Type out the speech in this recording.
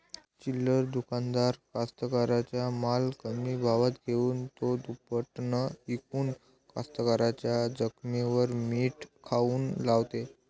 चिल्लर दुकानदार कास्तकाराइच्या माल कमी भावात घेऊन थो दुपटीनं इकून कास्तकाराइच्या जखमेवर मीठ काऊन लावते?